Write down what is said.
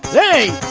hey,